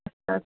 अस्तु अस्तु